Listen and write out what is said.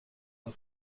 vad